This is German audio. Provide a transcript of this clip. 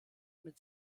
mit